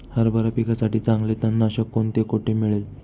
हरभरा पिकासाठी चांगले तणनाशक कोणते, कोठे मिळेल?